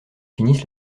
finissent